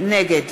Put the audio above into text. נגד